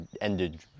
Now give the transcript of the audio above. ended